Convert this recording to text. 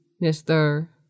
mister